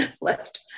left